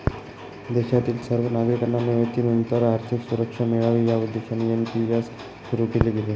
देशातील सर्व नागरिकांना निवृत्तीनंतर आर्थिक सुरक्षा मिळावी या उद्देशाने एन.पी.एस सुरु केले गेले